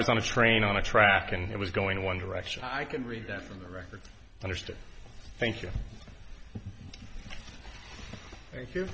was on a train on a track and it was going one direction i can read them from the record understood thank you thank you